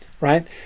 right